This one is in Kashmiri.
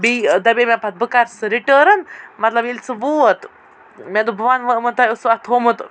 بیٚیہِ دپاے مےٚ پت بہٕ کر سٕہ رِٹٲرٕن مطلب ییٚلہِ سُہ ووت مےٚ دوٚپ بہٕ ون ونۍ یِمن تۄہہِ اوسوٕ اتھ تھومُت